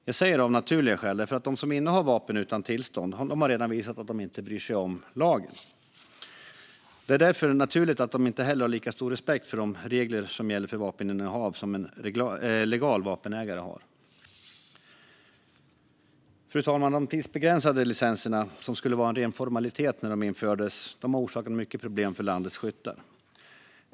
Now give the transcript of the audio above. Jag säger av naturliga skäl, därför att de som innehar vapen utan tillstånd har redan visat att de inte bryr sig om lagen. Det är därför naturligt att de inte heller har lika stor respekt för de regler som gäller för vapeninnehav som en legal vapenägare har. Fru talman! De tidsbegränsade licenserna, som skulle vara en ren formalitet när de infördes, har orsakat mycket problem för landets skyttar.